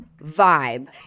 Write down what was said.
Vibe